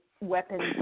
weapons